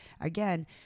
again